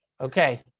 Okay